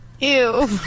Ew